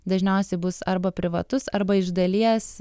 dažniausiai bus arba privatus arba iš dalies